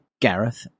Gareth